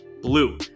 blue